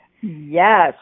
Yes